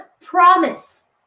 promise